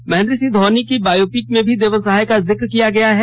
महेंद्र सिंह धोनी की बायोपिक में भी देवल सहाय का जिक्र किया गया है